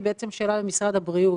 היא בעצם שאלה למשרד הבריאות.